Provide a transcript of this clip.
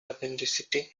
authenticity